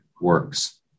works